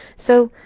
so